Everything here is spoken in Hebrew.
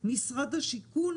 משרד השיכון